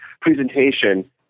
presentation